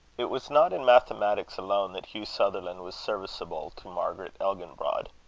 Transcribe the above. it was not in mathematics alone that hugh sutherland was serviceable to margaret elginbrod.